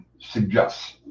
suggests